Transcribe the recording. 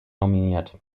nominiert